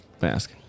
Mask